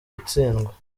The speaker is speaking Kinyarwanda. itsindwa